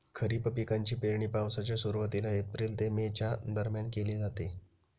खरीप पिकांची पेरणी पावसाच्या सुरुवातीला एप्रिल ते मे च्या दरम्यान केली जाते